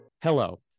Hello